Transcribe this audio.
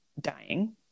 dying